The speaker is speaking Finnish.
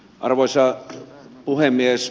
arvoisa puhemies